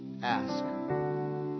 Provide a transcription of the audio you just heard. Ask